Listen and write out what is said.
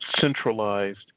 centralized